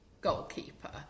goalkeeper